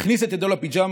הוא הכניס את ידו לפיג'מה,